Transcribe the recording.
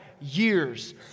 years